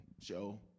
show